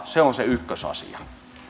se on se ykkösasia